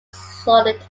solid